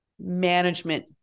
management